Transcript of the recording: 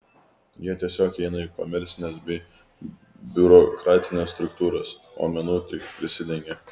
jie tiesiog eina į komercines bei biurokratines struktūras o menu tik prisidengia